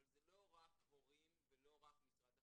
אבל זה לא רק הורים ולא רק משרד החינוך,